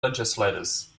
legislators